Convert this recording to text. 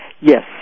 Yes